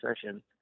session